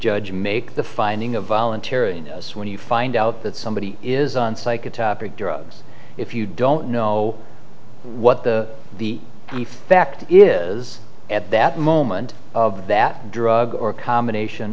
judge make the finding a volunteer and when you find out that somebody is like a topic drugs if you don't know what the the effect is at that moment of that drug or combination